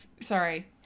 sorry